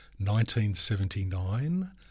1979